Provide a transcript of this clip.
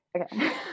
Okay